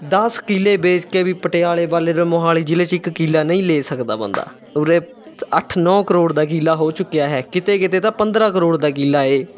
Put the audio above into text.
ਦਸ ਕਿੱਲੇ ਵੇਚ ਕੇ ਵੀ ਪਟਿਆਲੇ ਵਾਲੇ ਮੋਹਾਲੀ ਜ਼ਿਲ੍ਹੇ 'ਚ ਇੱਕ ਕਿੱਲਾ ਨਹੀਂ ਲੈ ਸਕਦਾ ਬੰਦਾ ਉਰੇ ਅੱਠ ਨੌ ਕਰੋੜ ਦਾ ਕਿੱਲਾ ਹੋ ਚੁੱਕਿਆ ਹੈ ਕਿਤੇ ਕਿਤੇ ਤਾਂ ਪੰਦਰਾਂ ਕਰੋੜ ਦਾ ਕਿੱਲਾ ਏ